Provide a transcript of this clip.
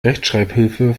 rechtschreibhilfe